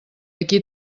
aquí